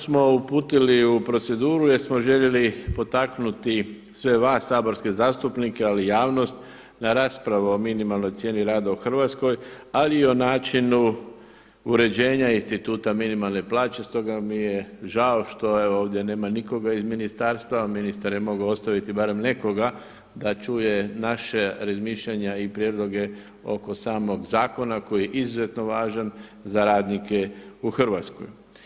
Zakon smo uputili u proceduru jer smo željeli potaknuti sve vas saborske zastupnike ali i javnost na raspravu o minimalnoj cijeni rada u Hrvatskoj, ali i o načinu uređenja instituta minimalne plaće, stoga mi je žao što ovdje nema nikoga iz ministarstva, ministar je mogao ostaviti barem nekoga da čuje naša razmišljanja i prijedloge oko samog zakona koji je izuzetno važan za radnike u Hrvatskoj.